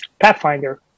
Pathfinder